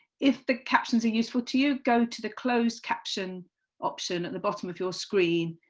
if the captions are useful to you, go to the closed caption option at the bottom of your screen,